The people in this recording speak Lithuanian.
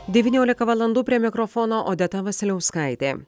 devyniolika valandų prie mikrofono odeta vasiliauskaitė